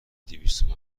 دویست